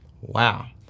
wow